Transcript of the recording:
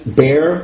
bear